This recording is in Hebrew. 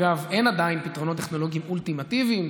אגב, אין עדיין פתרונות טכנולוגיים אולטימטיביים.